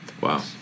Wow